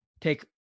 Take